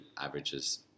averages